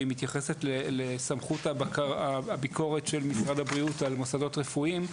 והיא מתייחסת לסמכות הביקורת של משרד הבריאות על מוסדות רפואיים.